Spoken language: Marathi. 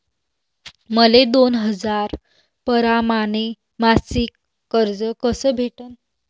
मले दोन हजार परमाने मासिक कर्ज कस भेटन?